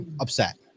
upset